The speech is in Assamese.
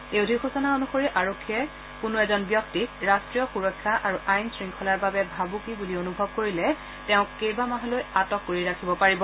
এই অধিসূচনা অনুসৰি আৰক্ষীয়ে কোনো এজন ব্যক্তিক বাষ্টীয় সূৰক্ষা আৰু আইন শৃংখলাৰ বাবে ভাবুকি বুলি অনুভৱ কৰিলে তেওঁক কেইবা মাহলৈ আটক কৰি ৰাখিব পাৰিব